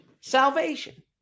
Salvation